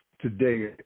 today